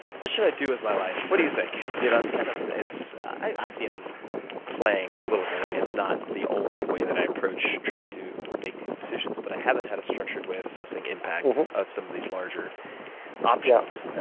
what should i do with my life? what do you think? you know kind of i mean, i'm playing a little bit. i mean, it's not the only way that i approach trying to make these decisions. but i haven't had a structured way of assessing impact of some of these larger options.